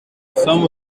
some